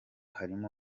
hari